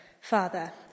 Father